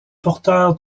porteur